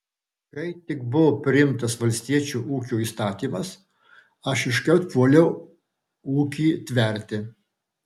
kai tik buvo priimtas valstiečių ūkio įstatymas aš iškart puoliau ūkį tverti